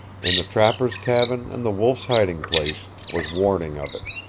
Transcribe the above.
in the trapper's cabin and the wolf's hiding-place, was warning of it.